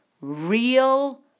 real